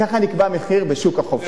ככה נקבע מחיר בשוק החופשי.